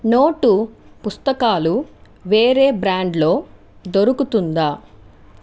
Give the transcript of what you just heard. note పుస్తకాలు వేరే బ్రాండ్లో దొరుకుతుందా